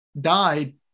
died